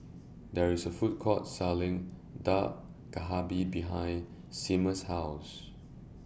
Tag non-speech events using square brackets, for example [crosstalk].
There IS A Food Court Selling Dak [unintelligible] behind Seamus' House